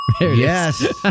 Yes